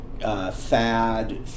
fad